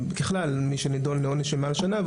מי שנידון לעונש של מעל שנה,